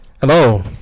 Hello